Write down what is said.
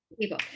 people